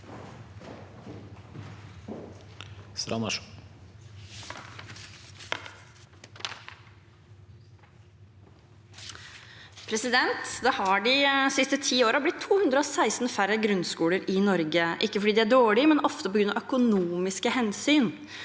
årene har det blitt 216 færre grunnskoler i Norge – ikke fordi de er dårlige, men ofte på grunn av økonomiske hensyn.